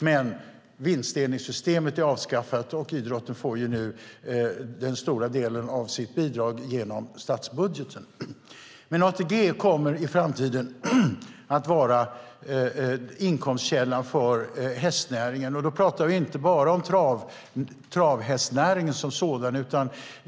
Men vinstdelningssystemet är avskaffat. Idrotten får nu den stora delen av sitt bidrag genom statsbudgeten. ATG kommer i framtiden att vara inkomstkällan för hästnäringen. Då talar vi inte bara om travhästnäringen som sådan.